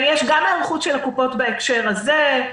יש גם היערכות של הקופות בהקשר הזה.